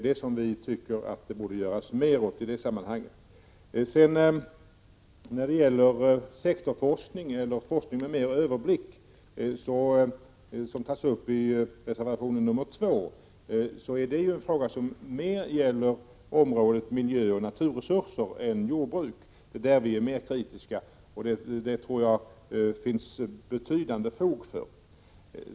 Det tycker vi borde göras mer. Forskningen med mera överblick, som tas upp i reservation 2, berör i större utsträckning området miljöoch naturresurser än jordbruk. Där är vi mera kritiska. Det tror jag att det finns betydande fog för.